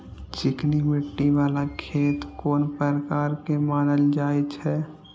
चिकनी मिट्टी बाला खेत कोन प्रकार के मानल जाय छै?